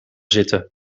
zitten